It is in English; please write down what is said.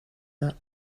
that